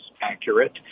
accurate